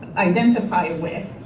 identified with.